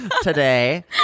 today